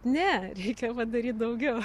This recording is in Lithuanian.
ne reikia padaryt daugiau